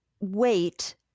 wait